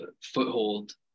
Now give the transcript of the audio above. foothold